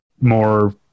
more